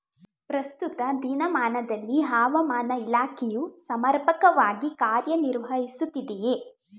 ಪ್ರಸ್ತುತ ದಿನಮಾನದಲ್ಲಿ ಹವಾಮಾನ ಇಲಾಖೆಯು ಸಮರ್ಪಕವಾಗಿ ಕಾರ್ಯ ನಿರ್ವಹಿಸುತ್ತಿದೆಯೇ?